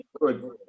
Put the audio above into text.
Good